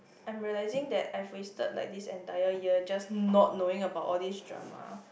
I'm realising that I've wasted like this entire year just not knowing about all these drama